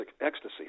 ecstasy